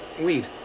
weed